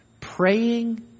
Praying